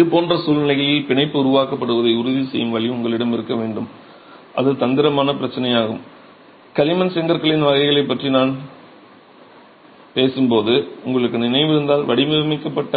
இதுபோன்ற சூழ்நிலைகளில் பிணைப்பு உருவாக்கப்படுவதை உறுதிசெய்யும் வழி உங்களிடம் இருக்க வேண்டும் அது தந்திரமான பிரச்சினையாகும் களிமண் செங்கற்களின் வகைகளைப் பற்றிப் நான் பேசும்போது உங்களுக்கு நினைவிருந்தால் வடிவமைக்கப்பட்ட